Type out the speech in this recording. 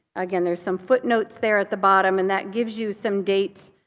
again, there's some footnotes there at the bottom. and that gives you some dates,